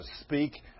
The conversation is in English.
speak